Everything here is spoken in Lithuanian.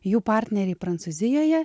jų partneriai prancūzijoje